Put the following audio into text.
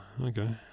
Okay